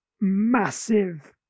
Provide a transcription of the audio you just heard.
massive